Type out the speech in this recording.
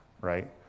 right